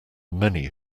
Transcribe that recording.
many